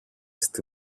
στη